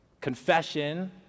confession